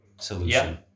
solution